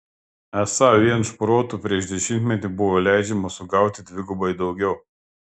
esą vien šprotų prieš dešimtmetį buvo leidžiama sugauti dvigubai daugiau